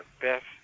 best